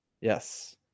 yes